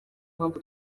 mpamvu